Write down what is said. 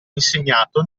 insegnato